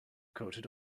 coated